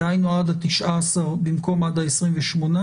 דהיינו עד ה-19 במקום עד ה-28.